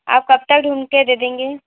आप कब तक ढूँढ कर दे देंगे